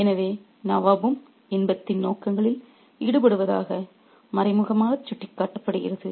எனவே நவாபும் இன்பத்தின் நோக்கங்களில் ஈடுபடுவதாக மறைமுகமாகச் சுட்டிக்காட்டப்படுகிறது